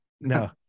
No